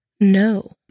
No